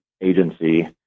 agency